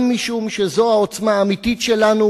גם משום שזו העוצמה האמיתית שלנו